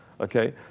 okay